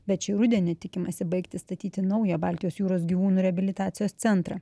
bet šį rudenį tikimasi baigti statyti naują baltijos jūros gyvūnų reabilitacijos centrą